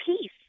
peace